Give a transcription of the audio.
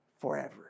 forever